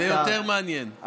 זה יותר מעניין.